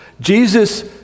Jesus